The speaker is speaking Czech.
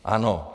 Ano.